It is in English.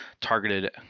targeted